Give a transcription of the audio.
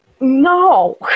no